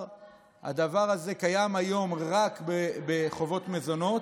הדבר הזה קיים היום רק בחובות מזונות.